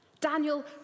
Daniel